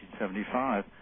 1975